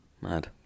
mad